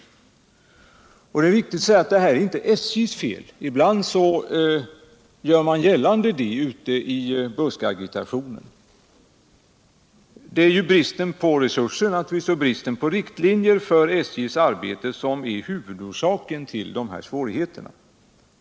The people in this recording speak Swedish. Det är viktigt att säga att detta inte är SJ:s fel, som det ibland sägs ute i buskagitationen. Det är ju bristen på resurser och bristen på riktlinjer för SJ:s arbete som är orsaken till dessa svårigheter.